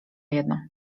jedno